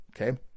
Okay